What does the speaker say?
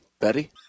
Betty